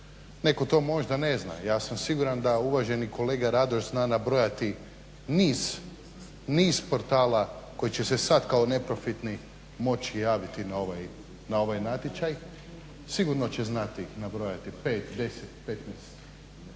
Netko to možda ne zna, ja sam siguran da uvaženi kolega Radoš zna nabrojati niz portala koji će se sad kao neprofitni moći javiti na ovaj natječaj. Sigurno će znati nabrojati 5, 10, 15.